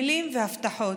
מילים והבטחות,